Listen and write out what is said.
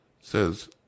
says